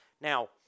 Now